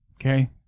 Okay